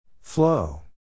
Flow